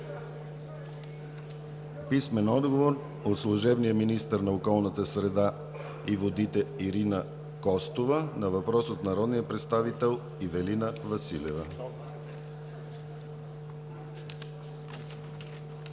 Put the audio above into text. Антон Кутев; - служебния министър на околната среда и водите Ирина Костова на въпрос от народния представител Ивелина Василева.